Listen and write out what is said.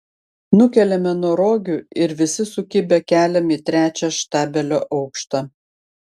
nukeliame nuo rogių ir visi sukibę keliam į trečią štabelio aukštą